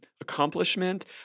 accomplishment